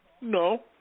No